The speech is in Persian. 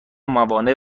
موانع